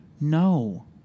no